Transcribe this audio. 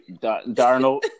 Darnold